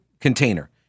container